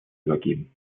übergeben